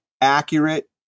accurate